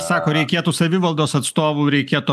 sako reikėtų savivaldos atstovų reikėtų